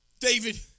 David